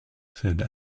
said